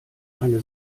eine